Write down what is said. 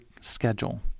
schedule